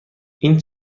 این